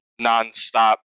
nonstop